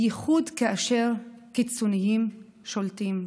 בייחוד כאשר קיצונים שולטים,